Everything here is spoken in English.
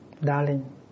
Darling